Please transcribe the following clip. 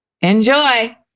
Enjoy